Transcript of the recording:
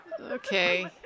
okay